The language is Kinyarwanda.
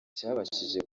cyabashije